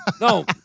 No